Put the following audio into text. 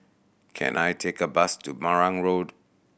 can I take a bus to Marang Road